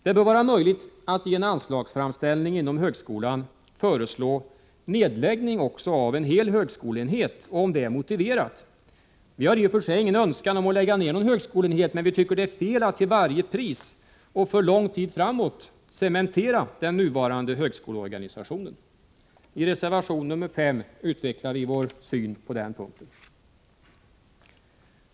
Det bör vara möjligt att i en anslagsframställning inom högskolan föreslå nedläggning också av en hel högskoleenhet, om det är motiverat. Vi har i och för sig ingen önskan om att lägga ned någon högskoleenhet, men vi tycker det är fel att till varje pris och för lång tid framåt cementera den nuvarande högskoleorganisationen. I reservation 5 utvecklar vi vår syn på den punkten.